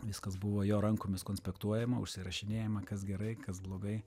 viskas buvo jo rankomis konspektuojama užsirašinėjama kas gerai kas blogai